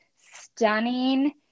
stunning